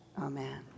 Amen